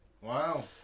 Wow